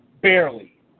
Barely